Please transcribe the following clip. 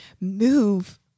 move